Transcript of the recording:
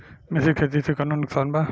मिश्रित खेती से कौनो नुकसान बा?